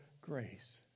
grace